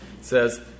says